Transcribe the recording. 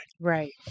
Right